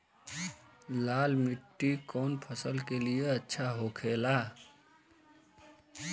लाल मिट्टी कौन फसल के लिए अच्छा होखे ला?